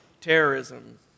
terrorism